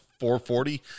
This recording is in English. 440